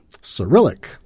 Cyrillic